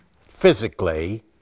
physically